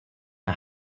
her